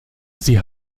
sie